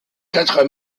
quatre